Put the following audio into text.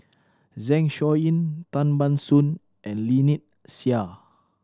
Zeng Shouyin Tan Ban Soon and Lynnette Seah